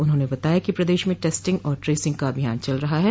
उन्होंने बताया कि प्रदेश में टेस्टिंग और ट्रेसिंग का अभियान चल रहा है